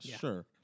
Sure